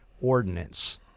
ordinance